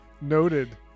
noted